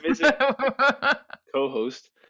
co-host